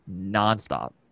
nonstop